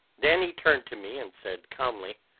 then he turned to me and said calmly